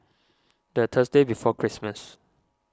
the Thursday before Christmas